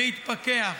להתפכח: